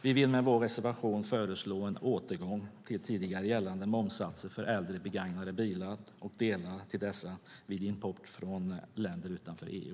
Vi vill med vår reservation föreslå en återgång till tidigare gällande momssatser för äldre begagnade bilar och delar till dessa vid import från länder utanför EU.